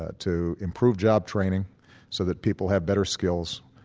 ah to improve job training so that people have better skills,